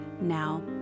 Now